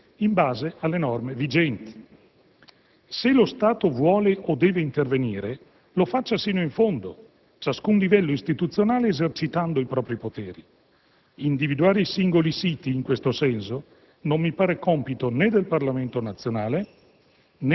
Per tutelare la dignità dello Stato, credo sarebbe molto più opportuno che il Governo operasse con decisione tramite il commissario, che ha già poteri (e deve avere anche la forza per esercitarli) in base alle norme vigenti.